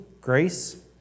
grace